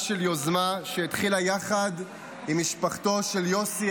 של יוזמה שהתחילה יחד עם משפחתו של יוסי